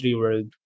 world